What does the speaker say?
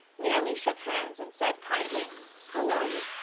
merely shook hands and said kindly how are you?